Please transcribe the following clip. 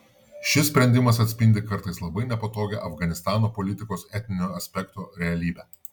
šis sprendimas atspindi kartais labai nepatogią afganistano politikos etninio aspekto realybę